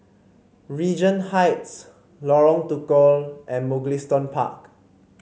Regent Heights Lorong Tukol and Mugliston Park